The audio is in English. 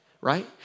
right